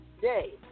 day